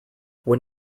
when